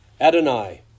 Adonai